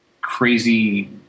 crazy